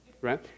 right